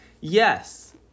yes